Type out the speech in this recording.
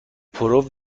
پرو